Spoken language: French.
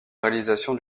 réalisation